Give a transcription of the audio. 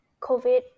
COVID